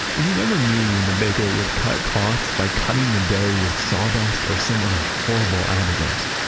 and you never knew when the baker would cut costs by cutting the dough with sawdust, or some other horrible additives.